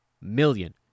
million